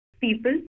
people